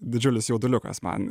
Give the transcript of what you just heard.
didžiulis jauduliukas man